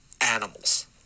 animals